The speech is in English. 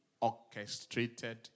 orchestrated